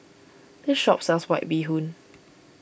this shop sells White Bee Hoon